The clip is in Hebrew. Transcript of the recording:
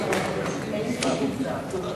אני התכוונתי לפי הסדר שלי.